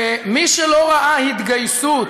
ומי שלא ראה התגייסות